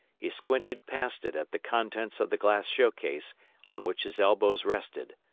he squinted past it at the contents of the glass show-case on which his elbows rested.